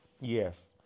Yes